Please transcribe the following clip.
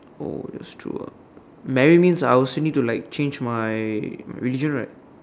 oh that's true ah marry means I will still need to like change my religion right